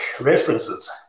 references